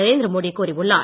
நரேந்திர மோடி கூறியுள்ளார்